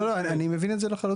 לא, לא, אני מבין את זה לחלוטין.